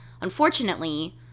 Unfortunately